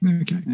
Okay